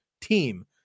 team